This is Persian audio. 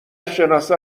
شناسا